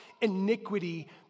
iniquity